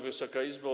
Wysoka Izbo!